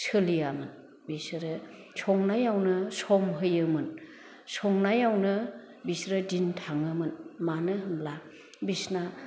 सोलियामोन बिसोरो संनायावनो सम होयोमोन संनायावनो बिसोरो दिन थाङोमोन मानो होनब्ला बिसिना